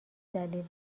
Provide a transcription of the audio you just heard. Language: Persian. دلیل